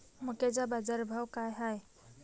मक्याचा बाजारभाव काय हाय?